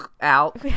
out